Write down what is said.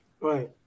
Right